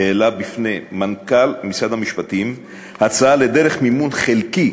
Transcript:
העלה בפני מנכ"ל משרד המשפטים הצעה לדרך מימון חלקי